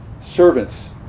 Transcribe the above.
servants